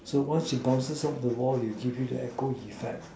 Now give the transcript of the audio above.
so once it bounces off the wall you give it the echo it flex